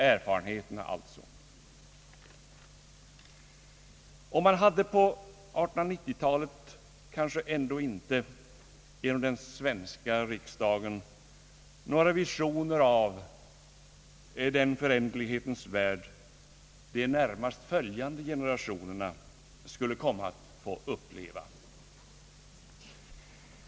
Man hade på 1890-talet inom den svenska riksdagen kanske inte några visioner av den föränderlighetens värld som de närmast följande generationerna skulle komma att få uppleva.